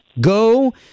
go